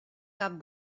cap